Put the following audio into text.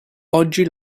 oggi